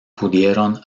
pudieron